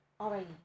already